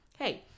Hey